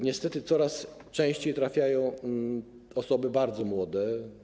Niestety coraz częściej trafiają tam osoby bardzo młode.